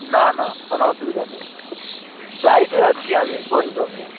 না না কোনো অসুবিধা নেই প্রায়ই তো যাচ্ছি আমি পর্যটক নিয়ে